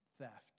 theft